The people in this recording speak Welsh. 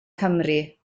cymru